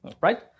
right